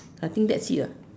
I think that's here